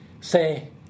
say